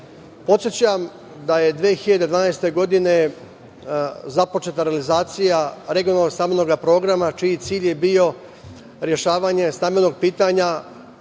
da je 2012. godine započeta realizacija regionalno stambenog programa čiji cilj je bio rešavanje stambenog pitanja